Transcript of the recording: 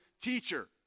teacher